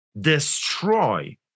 destroy